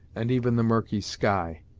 and even the murky sky.